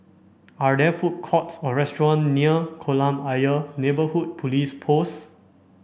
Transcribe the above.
are there food courts or restaurant near Kolam Ayer Neighbourhood Police Post